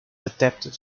adapted